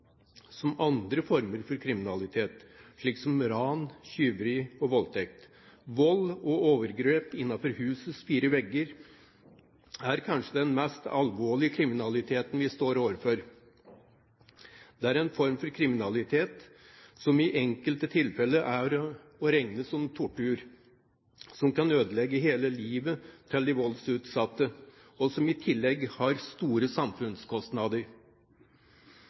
som andre former for kriminalitet, som ran, tyveri og voldtekt. Vold og overgrep innenfor husets fire vegger er kanskje den mest alvorlige kriminaliteten vi står overfor. Det er en form for kriminalitet som i enkelte tilfeller er å regne som tortur, som kan ødelegge hele livet til de voldsutsatte, og som i tillegg har store samfunnskostnader.